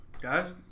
guys